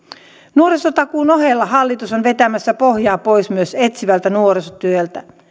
nuorisotakuun ohella hallitus on vetämässä pohjaa pois myös etsivältä nuorityöltä